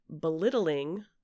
belittling